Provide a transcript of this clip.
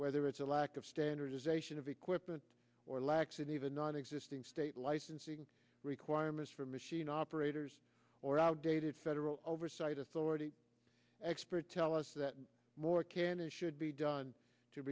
whether it's a lack of standardization of equipment or lax and even non existing state licensing requirements for machine operators or outdated federal oversight authority experts tell us that more can and should be done to